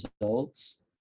results